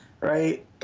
right